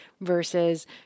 versus